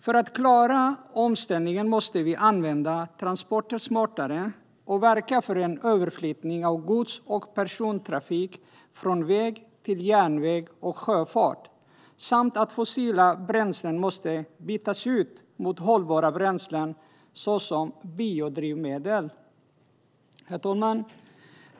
För att klara omställningen måste vi använda transporter smartare och verka för en överflyttning av gods och persontrafik från väg till järnväg och sjöfart. Fossila bränslen måste också bytas ut mot hållbara bränslen såsom biodrivmedel. Herr talman!